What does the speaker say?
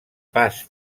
pas